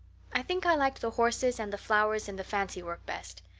i think i liked the horses and the flowers and the fancywork best.